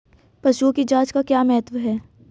पशुओं की जांच का क्या महत्व है?